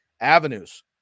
avenues